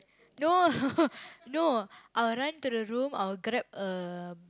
no no I'll run to the room I'll grab a